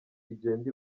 igenda